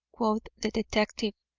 quoth the detective.